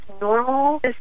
normal